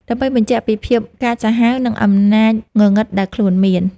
ដើម្បីបញ្ជាក់ពីភាពកាចសាហាវ និងអំណាចងងឹតដែលខ្លួនមាន។